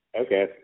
Okay